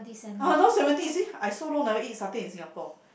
uh now seventy you see I so long never eat satay in Singapore